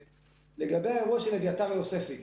לגבי האירוע של אביתר יוספי.